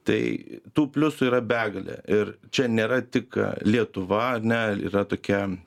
tai tų pliusų yra begalė ir čia nėra tik lietuva ar ne yra tokia